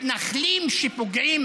מתנחלים שפוגעים